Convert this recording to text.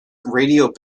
radio